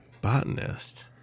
botanist